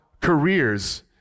careers